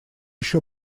еще